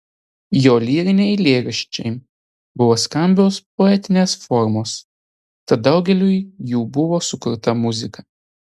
jo lyriniai eilėraščiai buvo skambios poetinės formos tad daugeliui jų buvo sukurta muzika